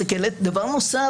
דבר נוסף.